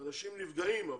אנשים נפגעים.